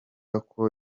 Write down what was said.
yuko